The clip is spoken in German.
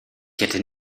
hätte